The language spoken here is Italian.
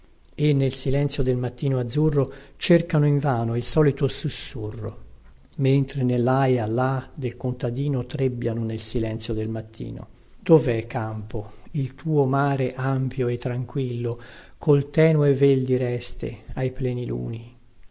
e nel silenzio del mattino azzurro cercano in vano il solito sussurro mentre nellaia là del contadino trebbiano nel silenzio del mattino dovè campo il tuo mare ampio e tranquillo col tenue vel di reste ai pleniluni